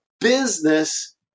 business